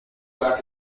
got